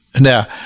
Now